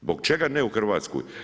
Zbog čega ne u Hrvatskoj?